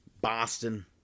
Boston